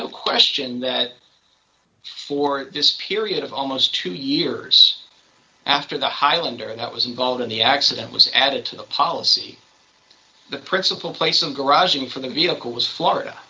no question that for this period of almost two years after the highlander and i was involved in the accident was added to the policy the principal place of garage ing for the vehicle was florida